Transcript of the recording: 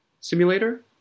simulator